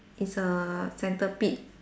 is a centipede